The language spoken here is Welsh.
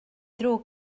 ddrwg